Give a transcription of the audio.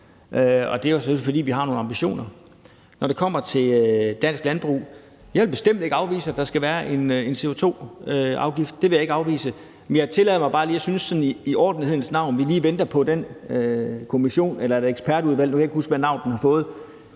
og det er selvfølgelig, fordi vi har nogle ambitioner. Når det kommer til dansk landbrug, vil jeg bestemt ikke afvise, at der skal være en CO2-afgift. Det vil jeg ikke afvise, men jeg tillader mig bare sådan i ordentlighedens navn at synes, at vi lige skal vente på den kommission – eller er det et ekspertudvalg, nu kan jeg ikke huske, hvilket navn den har fået